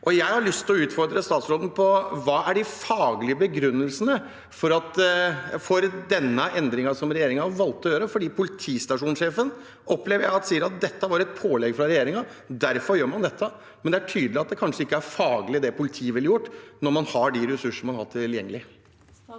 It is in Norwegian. Jeg har lyst til å utfordre statsråden: Hva er de faglige begrunnelsene for den endringen som regjeringen har valgt å gjøre? Jeg opplever at politistasjonssjefen sier at dette var et pålegg fra regjeringen, derfor gjør man det, men det er tydelig at det faglig sett kanskje ikke er det politiet ville gjort, når man har de ressursene man har tilgjengelig.